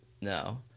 No